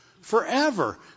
Forever